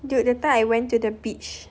dude that time I went to the beach